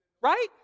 Right